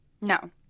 No